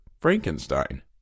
Frankenstein